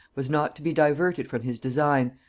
was not to be diverted from his design,